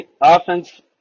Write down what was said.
offense